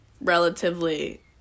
relatively